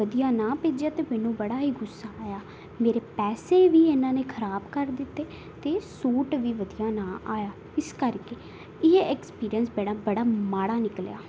ਵਧੀਆ ਨਾ ਭੇਜਿਆ ਤਾਂ ਮੈਨੂੰ ਬੜਾ ਹੀ ਗੁੱਸਾ ਆਇਆ ਮੇਰੇ ਪੈਸੇ ਵੀ ਇੰਨ੍ਹਾਂ ਨੇ ਖ਼ਰਾਬ ਕਰ ਦਿੱਤੇ ਅਤੇ ਸੂਟ ਵੀ ਵਧੀਆ ਨਾ ਆਇਆ ਇਸ ਕਰਕੇ ਇਹ ਐਕਸਪੀਰੀਐਂਸ ਬੜਾ ਬੜਾ ਮਾੜਾ ਨਿਕਲਿਆ